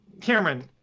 Cameron